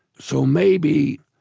so maybe